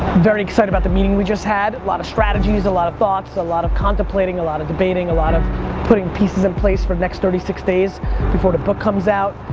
very excited about the meeting we just had, lot of strategies, a lot of thoughts, a lot of contemplating, a lot of debating, a lot of putting pieces in place for next thirty six days before the book comes out.